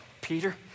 Peter